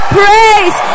praise